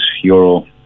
euro